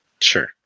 Sure